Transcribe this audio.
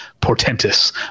portentous